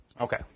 Okay